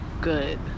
good